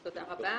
תודה רבה.